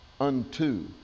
unto